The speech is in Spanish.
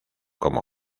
como